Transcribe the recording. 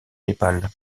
népal